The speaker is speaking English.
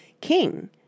king